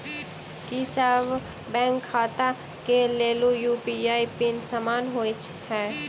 की सभ बैंक खाता केँ लेल यु.पी.आई पिन समान होइ है?